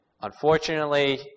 Unfortunately